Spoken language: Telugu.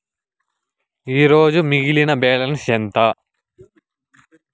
ఈరోజు మిగిలిన బ్యాలెన్స్ ఎంత?